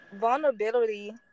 vulnerability